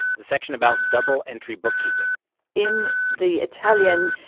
the section about double-entry bookkeeping in the italian,